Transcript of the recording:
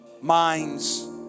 minds